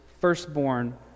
firstborn